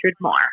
more